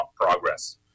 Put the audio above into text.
progress